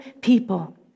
people